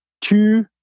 two